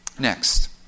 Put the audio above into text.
Next